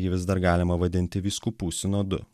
jį vis dar galima vadinti vyskupų sinodu